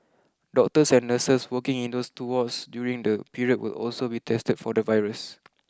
doctors and nurses working in those two wards during the period will also be tested for the virus